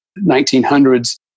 1900s